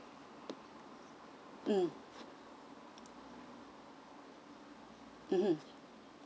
mm mmhmm